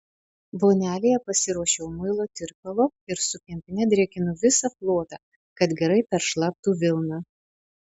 vonelėje pasiruošiau muilo tirpalo ir su kempine drėkinu visą plotą kad gerai peršlaptų vilna